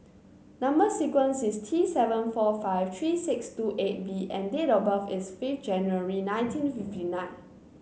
number sequence is T seven four five three six two eight V and date of birth is fifth January nineteen fifty nine